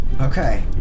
Okay